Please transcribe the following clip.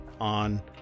on